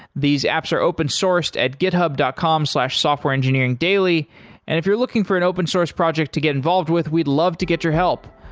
these apps are open sourced at github dot com slash softwareengineeringdaily, and if if you're looking for an open-source project to get involved with, we'd love to get your help.